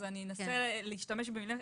אז אנסה להשתמש במילים אחרות.